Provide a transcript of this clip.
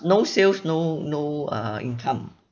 no sales no no uh income